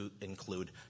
include